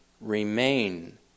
remain